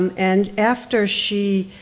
um and after she